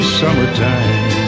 summertime